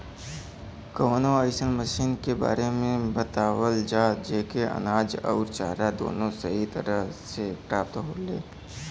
कवनो अइसन मशीन के बारे में बतावल जा जेसे अनाज अउर चारा दोनों सही तरह से प्राप्त होखे?